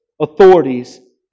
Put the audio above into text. authorities